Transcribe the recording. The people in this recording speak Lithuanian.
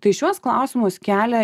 tai šiuos klausimus kelia